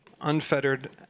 unfettered